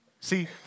See